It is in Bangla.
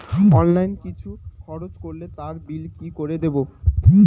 অনলাইন কিছু খরচ করলে তার বিল কি করে দেবো?